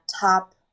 top